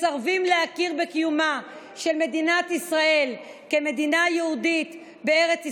מסרבים להכיר בקיומה של מדינת ישראל כמדינה יהודית בארץ ישראל.